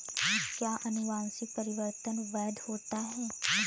क्या अनुवंशिक परिवर्तन वैध होता है?